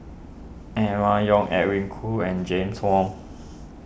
Emma Yong Edwin Koo and James Wong